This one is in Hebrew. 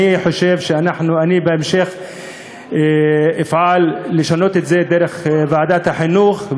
אני חושב שאני בהמשך אפעל לשנות את זה דרך ועדת החינוך,